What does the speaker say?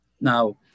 Now